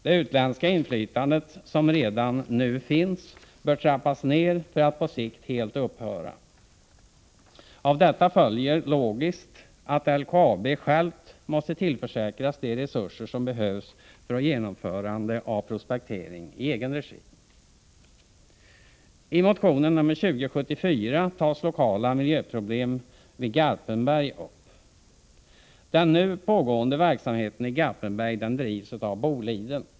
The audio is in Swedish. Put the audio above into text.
Det utländska inflytande som redan finns bör trappas ned för att på sikt helt upphöra. Av detta följer logiskt att LKAB självt måste tillförsäkras de resurser som behövs för genomförande av prospektering i egen regi. I motionen 2074 tas lokala miljöproblem vid Garpenberg upp. Den nu pågående verksamheten i Garpenberg drivs av Boliden.